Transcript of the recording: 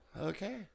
Okay